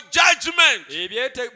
judgment